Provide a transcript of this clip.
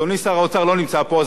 אדוני שר האוצר לא נמצא פה,